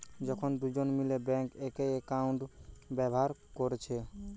যখন দুজন মিলে বেঙ্কে একই একাউন্ট ব্যাভার কোরছে